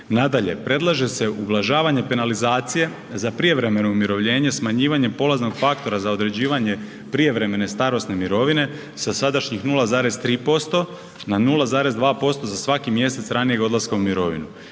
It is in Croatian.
Nadalje, predlaže se ublažavanje penalizacije za prijevremeno umirovljenje smanjivanjem polaznog faktora za određivanje prijevremene starosne mirovine sa sadašnjih 0,3% na 0,2% za svaki mjesec ranijeg odlaska u mirovinu,